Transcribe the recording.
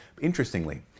Interestingly